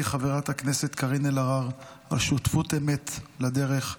חברת הכנסת קארין אלהרר על שותפות אמת לדרך.